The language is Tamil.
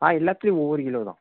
ஆ எல்லாத்திலையும் ஒவ்வொரு கிலோ தான்